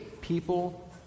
people